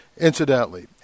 Incidentally